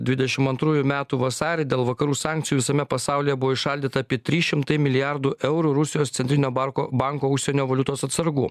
dvidešim antrųjų metų vasarį dėl vakarų sankcijų visame pasaulyje buvo įšaldyta apie trys šimtai milijardų eurų rusijos centrinio barko banko užsienio valiutos atsargų